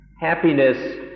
Happiness